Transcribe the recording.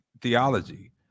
theology